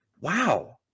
wow